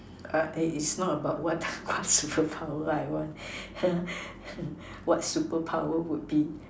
is not about what superpower I want what superpower would be